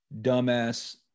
dumbass